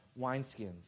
wineskins